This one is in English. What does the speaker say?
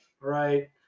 right